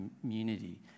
community